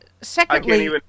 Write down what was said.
secondly